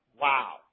Wow